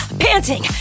panting